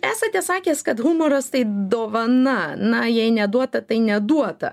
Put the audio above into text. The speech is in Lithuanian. esate sakęs kad humoras tai dovana na jei neduota tai neduota